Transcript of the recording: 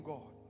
God